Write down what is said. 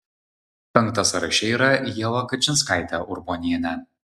penkta sąraše yra ieva kačinskaitė urbonienė